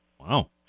Wow